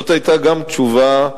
זו היתה גם תשובה,